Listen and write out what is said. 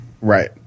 Right